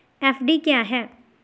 FD क्या है?